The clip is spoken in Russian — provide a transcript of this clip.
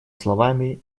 словами